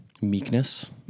meekness